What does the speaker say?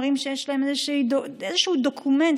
מראים איזשהו דוקומנט,